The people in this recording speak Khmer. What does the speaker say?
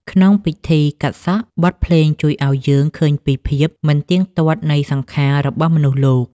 ក្នុងពិធីកាត់សក់ បទភ្លេងជួយឱ្យយើងឃើញពីភាពមិនទៀងទាត់នៃសង្ខាររបស់មនុស្សលោក។